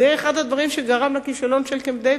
זה אחד הדברים שגרם לכישלון של קמפ-דייוויד.